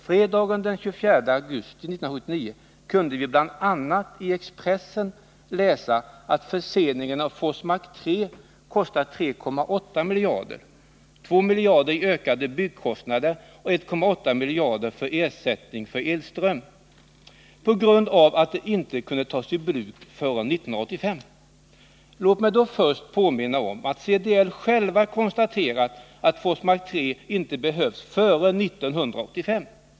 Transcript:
Fredagen den 24 augusti 1979 kunde vi bl.a. i Expressen läsa att förseningen av Forsmark 3 kostar 3,8 miljarder — nämligen 2 miljarder i ökade byggkostnader och 1,8 miljarder i ersättning för elström — på grund av att det inte kan tas i bruk förrän 1985. Låt mig då först påminna om att CDL själv konstaterat att Forsmark 3 inte behövs före 1985.